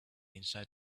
inside